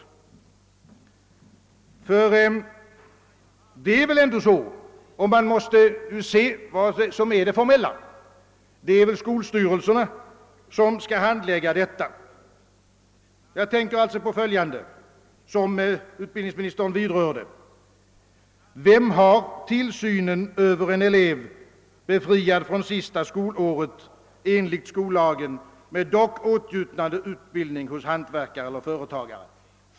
Det är väl ändå skolstyrelsen — man måste ju se på det formella — som skall handlägga saken. Jag tänker på följande som utbildningsministern berörde. Vem har formellt, och det kan också bli reellt, tillsynen över en elev som enligt skollagen befriats från sista skolåret men som åtnjuter utbildning hos hantverkare eller företagare?